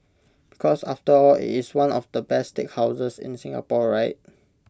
because after all IT is one of the best steakhouses in Singapore right